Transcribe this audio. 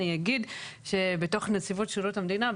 אני אגיד שבתוך נציבות שירות המדינה,